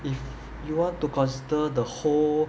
if you want to consider the whole